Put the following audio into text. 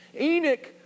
Enoch